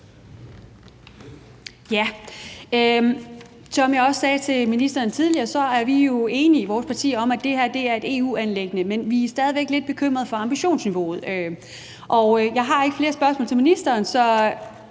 Som jeg også sagde til ministeren tidligere, er vi jo i vores parti enige i, at det her er et EU-anliggende. Men vi er stadig væk lidt bekymrede for ambitionsniveauet, og jeg har ikke flere spørgsmål til ministeren, så